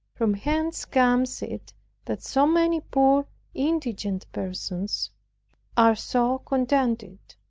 from whence comes it that so many poor indigent persons are so contented,